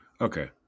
Okay